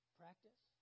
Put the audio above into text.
practice